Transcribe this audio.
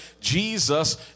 Jesus